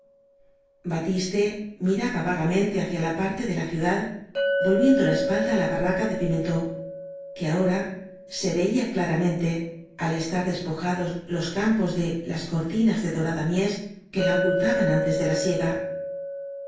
batiste miraba vagamente hacia la parte de la ciudad volviendo la espalda á la barraca de pimentó que ahora se veía claramente al estar despojados los campos de las cortinas de dora da mies que la ocultaban antes de la siega